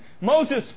Moses